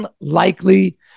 unlikely